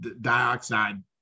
dioxide